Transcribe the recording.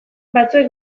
batzuek